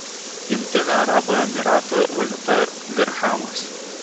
jungtinių arabų emyratų valiuta dirchamas